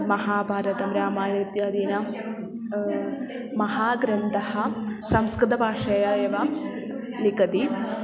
महाभारतं रामायणम् इत्यादीनां महाग्रन्थः संस्कृतभाषया एव लिखति